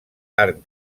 arc